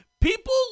People